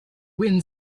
wind